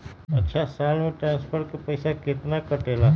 अछा साल मे ट्रांसफर के पैसा केतना कटेला?